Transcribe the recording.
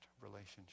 relationship